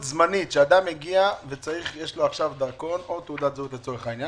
כשאדם איבד את תעודת הזהות והוא מקבל תעודת זהות זמנית,